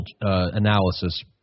analysis